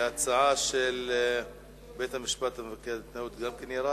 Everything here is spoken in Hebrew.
ההצעה: בית-המשפט מבקר התנהלות, גם ירדה.